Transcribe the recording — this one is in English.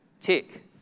Tick